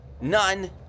none